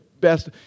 best